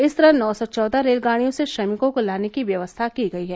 इस तरह नौ सौ चौदह रेलगाड़ियों से श्रमिकों को लाने की व्यवस्था की गयी है